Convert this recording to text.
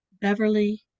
Beverly